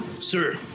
Sir